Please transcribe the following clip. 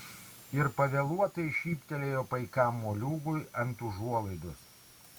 ir pavėluotai šyptelėjo paikam moliūgui ant užuolaidos